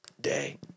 day